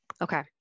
Okay